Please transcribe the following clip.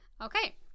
Okay